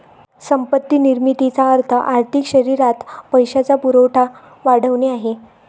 संपत्ती निर्मितीचा अर्थ आर्थिक शरीरात पैशाचा पुरवठा वाढवणे आहे